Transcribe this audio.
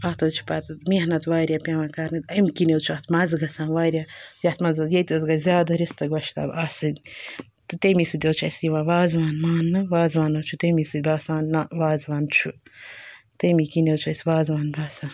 اَتھ حظ چھِ پَتہٕ محنت واریاہ پٮ۪وان کَرٕنۍ أمہِ کِنۍ حظ چھُ اَتھ مَزٕ گژھان واریاہ یَتھ منٛز حظ ییٚتہِ حظ گژھِ زیادٕ رِستہٕ گۄشتاب آسٕنۍ تہٕ تمی سۭتۍ حظ چھُ اَسہِ یِوان وازوان ماننہٕ وازوان حظ چھُ تمی سۭتۍ باسان نہ وازوان چھُ تمی کِنۍ حظ چھِ أسۍ وازوان باسان